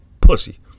pussy